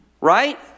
Right